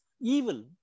evil